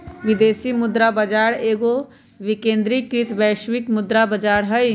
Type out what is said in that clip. विदेशी मुद्रा बाजार एगो विकेंद्रीकृत वैश्विक मुद्रा बजार हइ